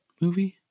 movie